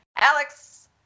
Alex